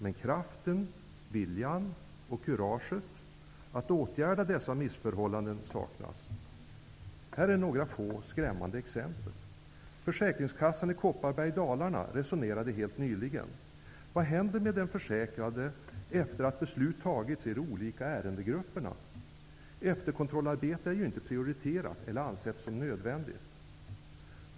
Men kraften, viljan och kuraget att åtgärda dessa missförhållanden saknas. Jag skall ta upp några skrämmande exempel. På försäkringskassan i Kopparbergs län resonerade man helt nyligen om vad som händer med den försäkrade efter det att beslut har fattats i de olika ärendegrupperna. Efterkontrollarbete är ju inte prioriterat eller ansett som nödvändigt.